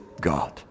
God